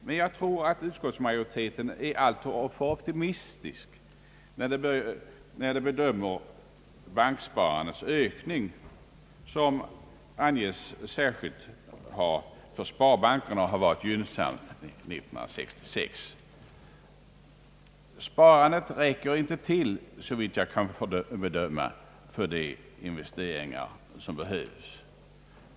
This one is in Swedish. Men jag tror att utskottsmajoriteten är alltför optimistisk när den bedömer banksparandets ökning, som anges särskilt för sparbankerna ha varit gynnsam under 1966. Sparandet räcker inte till, såvitt jag kan bedöma, för de investeringar som behövs.